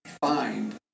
find